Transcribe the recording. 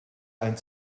ein